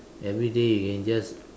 everyday you can just